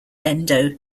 endo